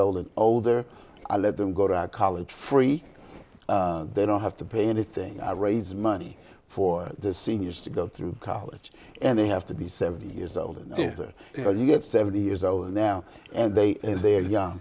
old and older i let them go to college free they don't have to pay anything i raise money for the seniors to go through college and they have to be seventy years old and they are you know you get seventy years old now and they they're young